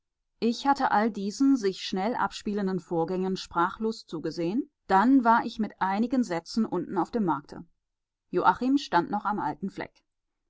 ich hatte all diesen sich schnell abspielenden vorgängen sprachlos zugesehen dann war ich mit einigen sätzen unten auf dem markte joachim stand noch am alten fleck